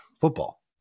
football